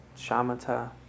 shamatha